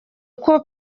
uko